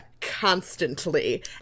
constantly